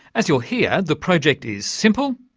as you'll hear, the project is simple,